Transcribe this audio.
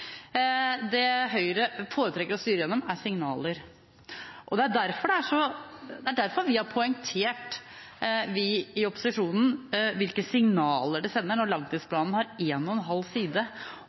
Det Høyre foretrekker å styre gjennom, er signaler. Det er derfor vi i opposisjonen har poengtert hvilke signaler som sendes når langtidsplanen har en og en halv side